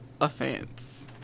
offense